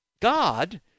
God